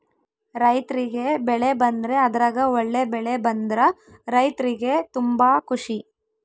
ರೈರ್ತಿಗೆ ಬೆಳೆ ಬಂದ್ರೆ ಅದ್ರಗ ಒಳ್ಳೆ ಬೆಳೆ ಬಂದ್ರ ರೈರ್ತಿಗೆ ತುಂಬಾ ಖುಷಿ